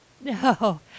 No